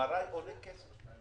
MRI עולה כסף.